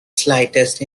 slightest